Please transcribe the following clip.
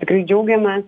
tikrai džiaugiamės